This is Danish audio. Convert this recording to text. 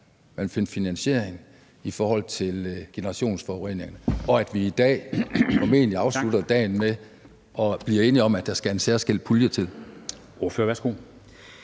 og finde finansiering til generationsforureninger, og at vi formentlig afslutter dagen med at blive enige om, at der skal en særskilt pulje til?